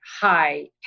high